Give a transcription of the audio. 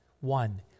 one